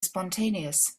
spontaneous